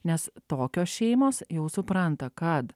nes tokios šeimos jau supranta kad